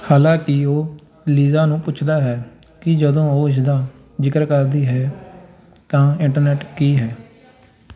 ਹਾਲਾਂਕਿ ਉਹ ਲੀਜ਼ਾ ਨੂੰ ਪੁੱਛਦਾ ਹੈ ਕਿ ਜਦੋਂ ਉਹ ਇਸ ਦਾ ਜ਼ਿਕਰ ਕਰਦੀ ਹੈ ਤਾਂ ਇੰਟਰਨੈੱਟ ਕੀ ਹੈ